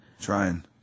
Trying